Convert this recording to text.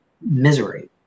misery